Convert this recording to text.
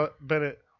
Bennett